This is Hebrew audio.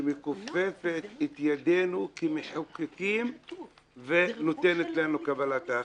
שמכופפת את ידינו כמחוקקים ונותנת לנו קבלת ההחלטות.